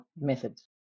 methods